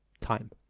time